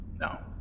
No